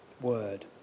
word